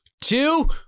two